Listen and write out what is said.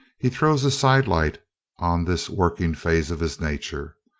he throws a sidelight on this working phase of his nature.